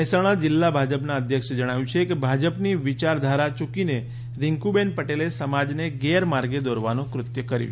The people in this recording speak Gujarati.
મહેસાણા જિલ્લા ભાજપના અધ્યક્ષે જણાવ્યું છે કે ભાજપની વિયારધારા ચૂકીને રિન્કુબેન પટેલે સમાજને ગેરમાર્ગે દોરવાનું કૃત્ય કર્યું છે